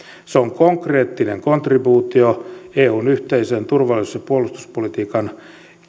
se on konkreettinen kontribuutio eun yhteisen turvallisuus ja puolustuspolitiikan